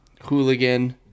hooligan